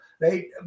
right